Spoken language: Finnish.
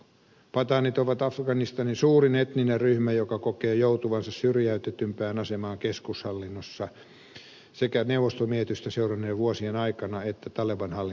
pataanit ovat afganistanin suurin etninen ryhmä joka kokee joutuvansa syrjäytetympään asemaan keskushallintotasolla se kä neuvostomiehitystä seuranneiden vuosien aikana että taleban hallinnon jälkeen